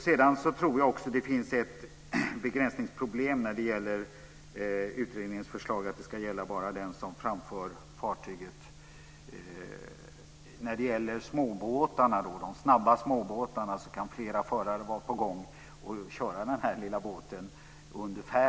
Det finns också ett annat begränsningsproblem i utredningens förslag, nämligen att det bara ska gälla den som framför fartyget. I de snabba småbåtarna kan flera förare vara inblandade i körningen.